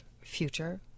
future